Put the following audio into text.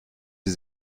sie